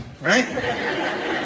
right